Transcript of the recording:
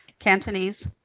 cantonese,